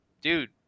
dude